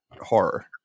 horror